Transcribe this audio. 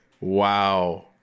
Wow